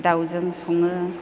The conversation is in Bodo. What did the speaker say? दाउजों सङो